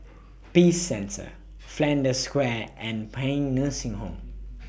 Peace Centre Flanders Square and Paean Nursing Home